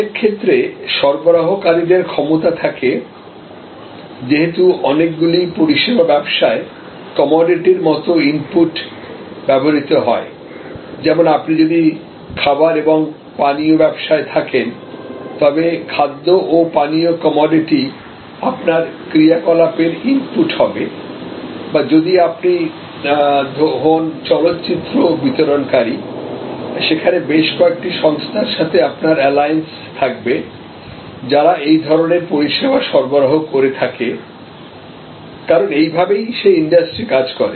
অনেক ক্ষেত্রে সরবরাহকারীদের ক্ষমতা থাকে যেহেতু অনেকগুলি পরিষেবা ব্যবসায়কমোডিটির মত ইনপুট ব্যবহৃত হয় যেমন আপনি যদি খাবার এবং পানীয় ব্যবসায় থাকেন তবে খাদ্য ও পানীয় কমোডিটি আপনার ক্রিয়াকলাপের ইনপুট হবে বা যদি আপনি হন চলচ্চিত্র বিতরণকারীসেখানে বেশ কয়েকটি সংস্থার সাথে আপনার অ্যালায়েন্স থাকবে যারা এই ধরনের পরিষেবা সরবরাহ করে থাকে কারণ এই ভাবেই সেই ইন্ডাস্ট্রি কাজ করে